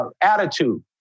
attitude